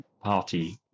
party